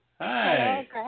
Hi